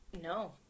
no